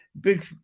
big